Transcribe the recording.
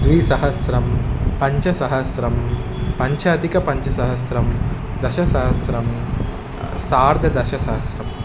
द्विसहस्रं पञ्चसहस्रं पञ्चाधिकपञ्चसहस्रं दशसहस्रं सार्धदशसहस्रम्